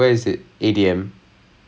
N_I_E N_I_E N_I_E